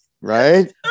right